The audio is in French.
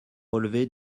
relever